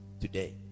today